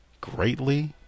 greatly